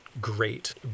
great